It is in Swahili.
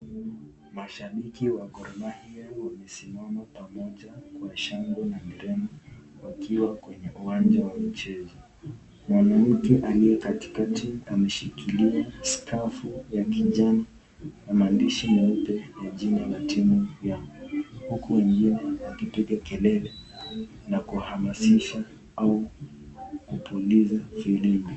Mashabiki wa Gor Mahia wamesimama pamoja kwa shangwe na nderemo wakiwa kwenye uwanja wa mchezo. Mwanamke aliye katikati ameshikilia skafu ya kijani na maandishi meupe ya jina la timu yao, huku mwingine akipiga kelele na kuhamasishwa au kupuliza firimbi.